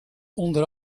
onder